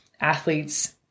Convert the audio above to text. athletes